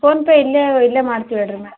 PhonePe ಇಲ್ಲೇ ಇಲ್ಲೇ ಮಾಡ್ತೀವಿ ಹೇಳ್ ರೀ ಮೇಡಮ್